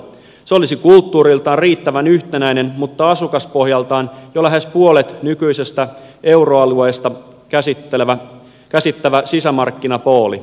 se olisi kulttuuriltaan riittävän yhtenäinen mutta asukaspohjaltaan jo lähes puolet nykyisestä euroalueesta käsittävä sisämarkkinapooli